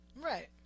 Right